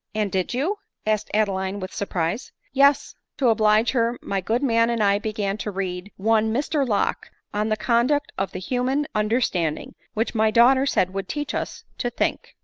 and did you? asked adeline with surprise. yes. to oblige her, my good man and i began to read one mr locke on the conduct of the human under standing which my daughter said would teach us to think.